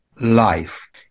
life